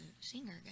singer